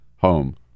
home